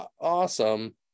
Awesome